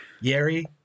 Yeri